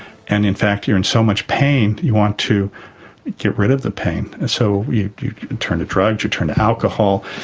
and in fact you're in so much pain you want to get rid of the pain, and so you you turn to drugs, you turn to alcohol,